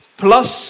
plus